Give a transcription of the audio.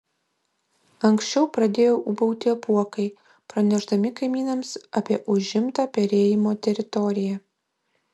anksčiau pradėjo ūbauti apuokai pranešdami kaimynams apie užimtą perėjimo teritoriją